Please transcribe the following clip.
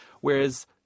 whereas